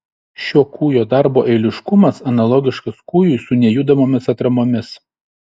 šio kūjo darbo eiliškumas analogiškas kūjui su nejudamomis atramomis